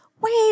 wait